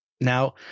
Now